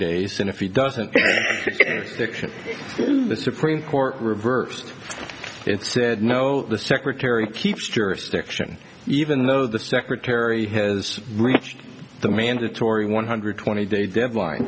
days and if he doesn't the supreme court reversed it said no the secretary keeps jurisdiction even though the secretary has reached the mandatory one hundred twenty day deadline